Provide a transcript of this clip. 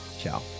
Ciao